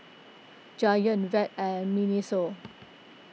Giant Veet and Miniso